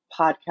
podcast